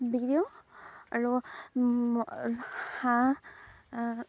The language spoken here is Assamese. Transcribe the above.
বিকি দিওঁ আৰু হাঁহ